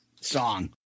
song